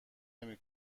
نمی